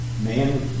Man